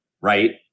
right